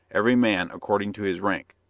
every man according to his rank.